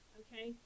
okay